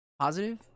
positive